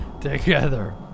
together